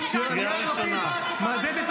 הדבר הכי גרוע, והאסון הכי,